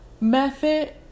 method